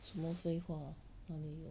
什么废话哪里有